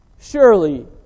Surely